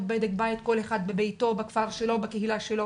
היא תדע לעשות זאת אבל בינתיים עושה רושם שלא.